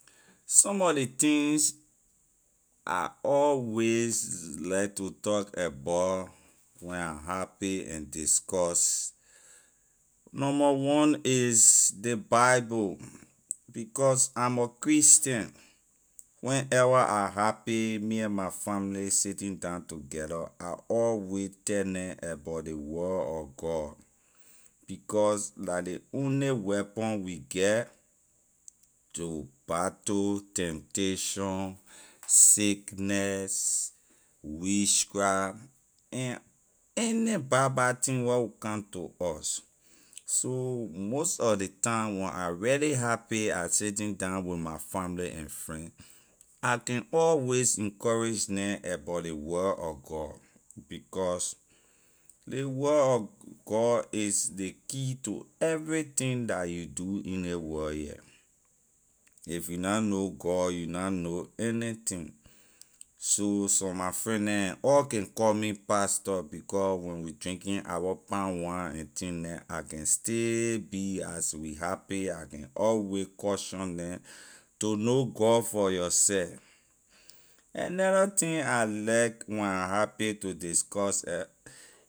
Some mor ley things I always like to talk abor when I happy and discuss number one is ley bible because i’m a christian when ever I happy me and family sitting down together, I always tell neh about ley word of god because la ley only weapon we get to battle temptation sickness witchcraft and any bad bad thing wor will come to us so most of ley time when I really happy I sitting down with my family and friends I can always encourage neh abor ley word of god because ley word of god is the key to everything dah you do in ley world here if you na know god you na anything so some my friend neh and all can call me pastor becor when we drinking our palm wine and thing neh I can be as we happy I can always caution them to know god for yourself another thing I like when I happy to discuss a.